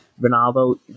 Ronaldo